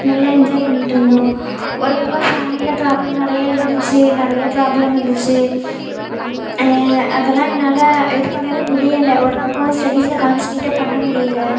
நல்லா என்ஜாய் பண்ணிக்கிட்டுருந்தோம் ஒரு பக்கம் ஃபேமிலியில் ப்ராப்ளம் நிறைய இருந்துச்சு நிறைய ப்ராப்ளம் வந்துச்சு அதெல்லாம் என்னால் இது பண்ணவே முடியலை ஒரு பக்கம் ஸ்டடீஸில் கான்ஸ்ன்ட்ரேட்டே பண்ண முடியலை